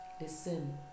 Listen